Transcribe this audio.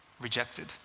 rejected